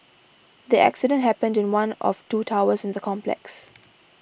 the accident happened in one of two towers in the complex